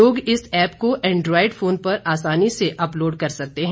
लोग इस एप्प को एंड्रॉयड फोन पर आसानी से अपलोड कर सकते हैं